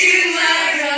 Tomorrow